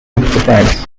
france